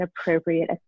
appropriate